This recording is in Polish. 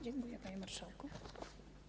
Dziękuję, panie marszałku.